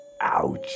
ouch